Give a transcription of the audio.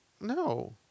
No